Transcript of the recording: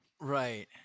Right